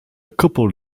couple